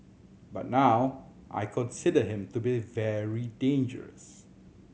but now I consider him to be very dangerous